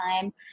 time